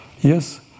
Yes